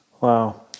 Wow